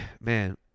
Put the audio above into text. Man